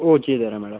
ഓ ചെയ്ത് തരാം മാഡം